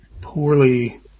poorly